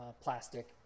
plastic